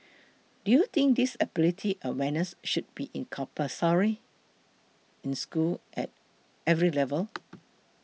do you think disability awareness should be compulsory in schools at every level